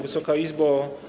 Wysoka Izbo!